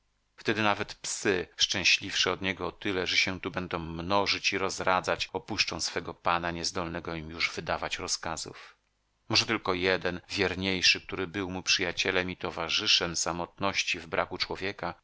wtedy nawet psy szczęśliwsze od niego o tyle że się tu będą mnożyć i rozradzać opuszczą swego pana niezdolnego im już wydawać rozkazów może tylko jeden wierniejszy który mu był przyjacielem i towarzyszem samotności w braku człowieka